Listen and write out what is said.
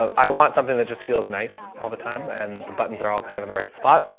i want something that just feels nice all the time and that the buttons are all kind of in the right spot.